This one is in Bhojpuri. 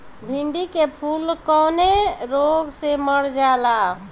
भिन्डी के फूल कौने रोग से मर जाला?